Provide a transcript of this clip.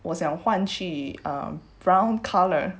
我想换去 brown colour